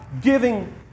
giving